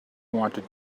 wanted